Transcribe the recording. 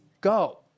go